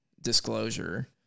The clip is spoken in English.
disclosure